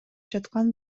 жаткан